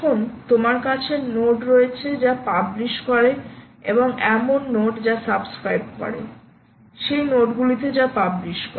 এখন তোমার কাছে নোড রয়েছে যা পাবলিশ করে এবং এমন নোড যা সাবস্ক্রাইব করে সেই নোডগুলিতে যা পাবলিশ করে